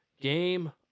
Game